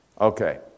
Okay